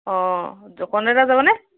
অঁ কণ দাদা যাবনে